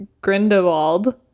Grindelwald